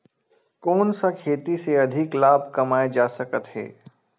कोन सा खेती से अधिक लाभ कमाय जा सकत हे?